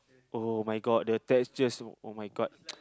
[oh]-my-god the texture [oh]-my-god